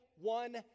one